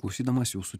klausydamas jūsų